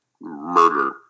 murder